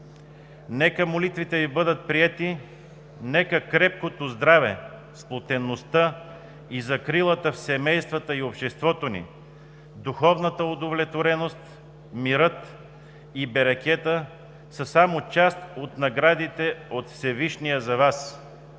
Нека молитвите Ви бъдат приети, нека крепкото здраве, сплотеността и закрилата в семействата и обществото ни, духовната удовлетвореност, мирът и берекетът са само част от наградите от Всевишния за Вас!